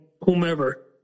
whomever